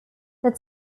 that